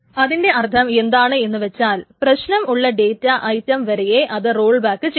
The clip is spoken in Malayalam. അതിന്റെ അർത്ഥം എന്താണെന്നു വച്ചാൽ പ്രശ്നമുള്ള ഡേറ്റാ ഐറ്റം വരെയെ ഇത് റോൾബാക്ക് ചെയ്യു